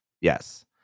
Yes